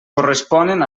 corresponen